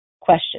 question